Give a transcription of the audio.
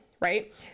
right